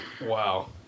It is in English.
Wow